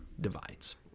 Divides